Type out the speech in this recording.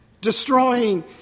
destroying